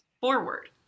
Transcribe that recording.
forward